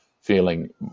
feeling